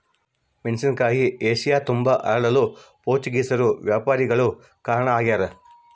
ಮೆಣಸಿನಕಾಯಿ ಏಷ್ಯತುಂಬಾ ಹರಡಲು ಪೋರ್ಚುಗೀಸ್ ವ್ಯಾಪಾರಿಗಳು ಕಾರಣ ಆಗ್ಯಾರ